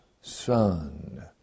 Son